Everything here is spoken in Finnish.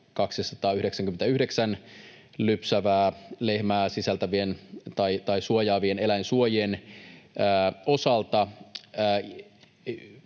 50—299 lypsävää lehmää suojaavien eläinsuojien osalta.